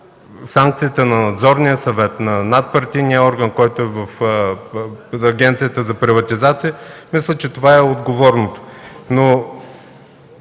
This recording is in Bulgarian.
санкцията на Надзорния съвет, на надпартийния орган, който е в Агенцията за приватизация, мисля, че това е отговорното.